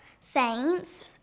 saints